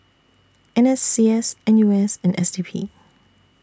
N S C S N U S and S D P